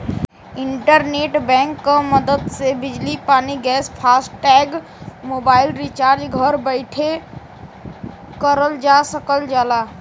internet bank क मदद से बिजली पानी गैस फास्टैग मोबाइल रिचार्ज घर बैठे करल जा सकल जाला